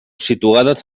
situades